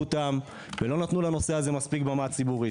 אותם ולא נתנו לנושא הזו במה ציבורית מספקת.